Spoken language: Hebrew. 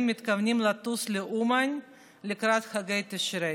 מתכוונים לטוס לאומן לקראת חגי תשרי.